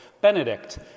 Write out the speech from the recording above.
Benedict